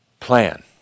Plan